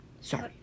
sorry